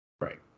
Right